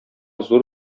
зур